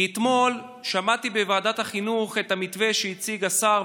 כי אתמול שמעתי בוועדת החינוך את המתווה שהציג השר,